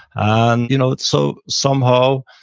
and you know so somehow,